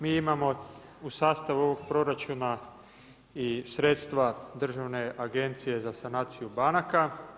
Mi imamo u sastavu ovog proračuna i sredstva Državne agencije za sanaciju banaka.